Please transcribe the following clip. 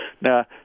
now